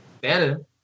Better